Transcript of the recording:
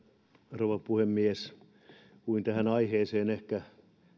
rouva puhemies uin tähän aiheeseen ehkä